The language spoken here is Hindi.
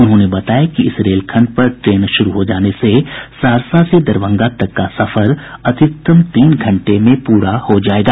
उन्होंने बताया कि इस रेलखंड पर ट्रेन शुरू हो जाने से सहरसा से दरभंगा तक का सफर अधिकतम तीन घंटे में पूरा हो जायेगा